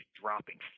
dropping